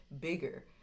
bigger